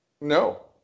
No